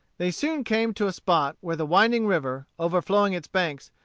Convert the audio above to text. they soon came to a spot where the winding river, overflowing its banks,